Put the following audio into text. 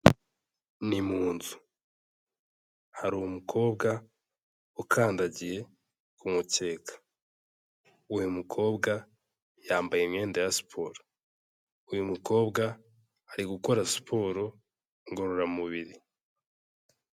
Ni mu nzu harumu umukobwa ukandagiye ku mukeka, uyu mukobwa yambaye imyenda ya siporo. Uyu mukobwa ari gukora siporo ngororamubiri.